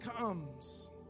comes